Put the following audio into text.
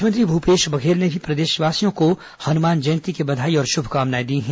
मुख्यमंत्री भूपेश बघेल ने भी प्रदेशवासियों को हनुमान जंयती की बधाई और शुभकामनाए दी हैं